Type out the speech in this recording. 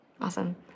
Awesome